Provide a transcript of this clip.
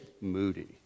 moody